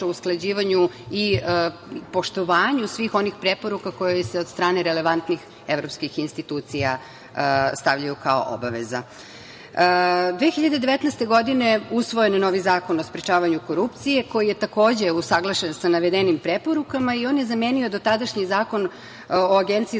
o usklađivanju i poštovanju svih onih preporuka koji se od strane relevantnih evropskih institucija stavljaju kao obaveza. Godine 2019. usvojen je novi Zakon o sprečavanju korupcije koji je takođe usaglašen sa navedenim preporukama i on je zamenio dotadašnji Zakon o Agenciji